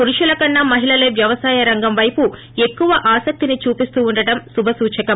పురుషులకన్నా మహిళలే వ్యవసాయ రంగం పైపు ఎక్కువ ఆసక్తిని చూపేస్తూ వుండడం సుభ సూచకం